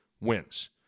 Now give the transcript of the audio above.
wins